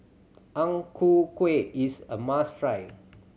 Ang Ku Kueh is a must try